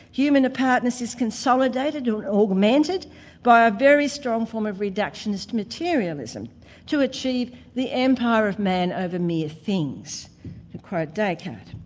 human apartness is consolidated or augmented by a very strong form of reductionist materialism to achieve the empire of man over mere things, to quote descartes.